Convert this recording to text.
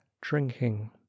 drinking